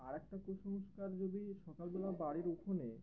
আর একটা কুসংস্কার যদি সকালবেলা বাড়ির ওখানে